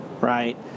right